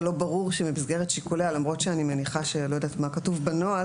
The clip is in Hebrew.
זה לא ברור שזה במסגרת שיקוליה; אני לא יודעת מה כתוב בנוהל